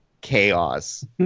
chaos